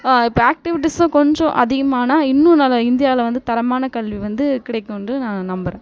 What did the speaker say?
இப்போ ஆக்ட்டிவிட்டிஸும் கொஞ்சம் அதிகமான இன்னும் நம்ம இந்தியாவில் வந்து தரமான கல்வி வந்து கிடைக்குமென்று நான் நம்புகிறேன்